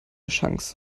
chance